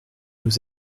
nous